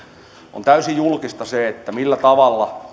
on täysin julkista se millä tavalla